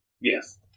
Yes